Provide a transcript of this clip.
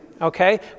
okay